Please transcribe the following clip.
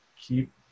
keep